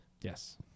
yes